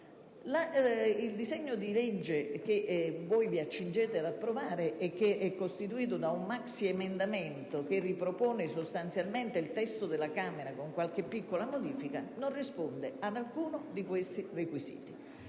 Il disegno di legge che vi accingete ad approvare, che è costituito da un maxiemendamento che sostanzialmente ripropone il testo della Camera con qualche piccola modifica, non risponde ad alcuno di questi requisiti.